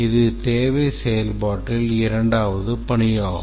இது தேவை செயல்பாட்டில் இரண்டாவது பணியாகும்